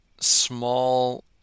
small